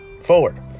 forward